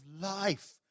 life